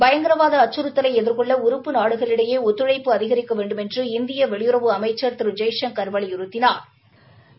பயங்கரவாத அச்கறுத்தலை எதிர்கொள்ள உறுப்பி நாடுகளிடையே ஒத்துழைப்பு அதிகிக்க வேண்டுமென்று இந்திய வெளியுறவு அமைச்சா் திரு ஜெய்சங்கா் வலியுறுத்தினாா்